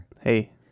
hey